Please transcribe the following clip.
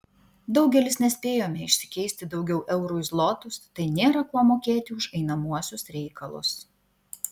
daugelis nespėjome išsikeisti daugiau eurų į zlotus tai nėra kuo mokėti už einamuosius reikalus